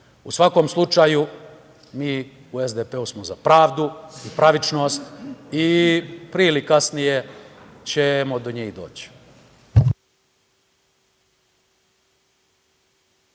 svakom slučaju, mi u SDP-u smo za pravdu i pravičnost i pre ili kasnije ćemo do nje i doći.